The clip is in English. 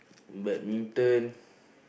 badminton